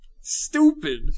Stupid